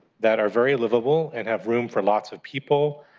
that are very livable and have room for lots of people,